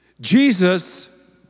Jesus